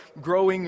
growing